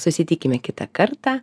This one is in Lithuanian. susitikime kitą kartą